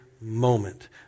moment